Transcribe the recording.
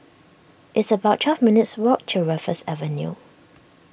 it's about twelve minutes' walk to Raffles Avenue